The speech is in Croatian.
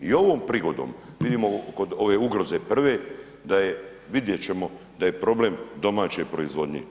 I ovom prigodom, vidimo kod ove ugroze prve da je vidjet ćemo da je problem domaće proizvodnje.